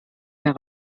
mehr